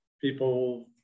people